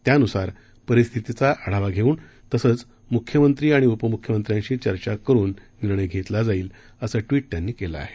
त्यानुसार परिस्थीतीचा आढावा घेऊन तसंच मुख्यमंत्री आणि उपमुख्यमंत्र्यांशी चर्चा करुन निर्णय घेतला जाईल असं ट्विट त्यांनी केलं आहे